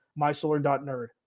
mysolar.nerd